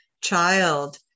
child